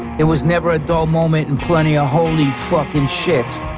it was never a dull moment and plenty a holy fucking shit.